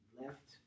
left